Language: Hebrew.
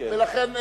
ולכן,